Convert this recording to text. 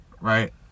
right